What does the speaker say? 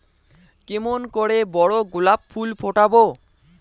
কেমন করে বড় গোলাপ ফুল ফোটাব?